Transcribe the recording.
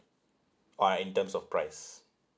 uh in terms of price